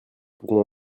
pourront